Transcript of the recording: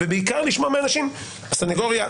ובעיקר לשמוע מאנשים בסנגוריה,